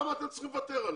למה אתם צריכים לוותר עליו?